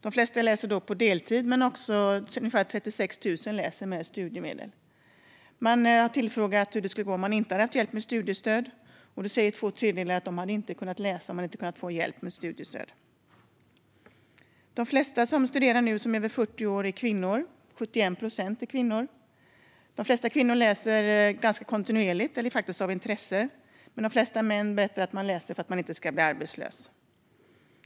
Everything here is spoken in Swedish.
De flesta läser på deltid, men ungefär 36 000 har studiemedel. De har tillfrågats om hur det skulle vara om de inte hade haft hjälp med studiestöd. Två tredjedelar säger att de inte hade kunnat läsa om de inte hade kunnat få hjälp med studiestöd. De flesta över 40 som studerar är kvinnor, 71 procent. De flesta kvinnor läser ganska kontinuerligt eller faktiskt av intresse, men de flesta män berättar att de läser för att inte bli arbetslösa.